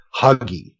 huggy